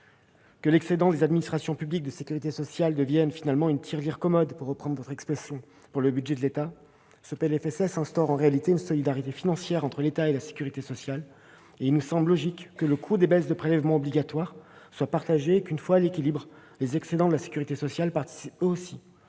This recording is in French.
de l'excédent des administrations publiques de sécurité sociale qui pourrait servir de « tirelire commode », pour reprendre votre expression, au budget de l'État, ce projet de loi instaure en réalité une solidarité financière entre l'État et la sécurité sociale. Il nous semble logique que le coût lié aux baisses de prélèvements obligatoires soit partagé et que, une fois à l'équilibre, l'excédent des comptes de la sécurité sociale participe aussi